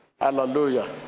Hallelujah